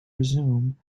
resume